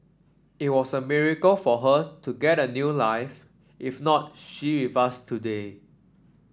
it was a miracle for her to get a new life if not she with us today